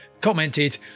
commented